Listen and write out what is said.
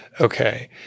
Okay